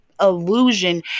illusion